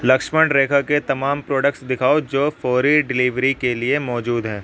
لکشمن ریکھا کے تمام پروڈکٹس دکھاؤ جو فوری ڈلیوری کے لیے موجود ہے